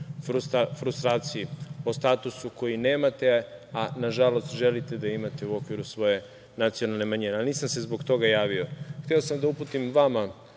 frustraciji, o statusu koji nemate, a nažalost želite da imate u okviru svoje nacionalne manjine. Ali nisam se zbog toga javio. Hteo sam da uputim vama